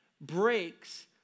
breaks